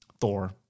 Thor